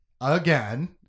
again